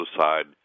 side